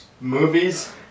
movies